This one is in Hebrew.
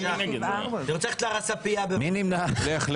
מי נמנע?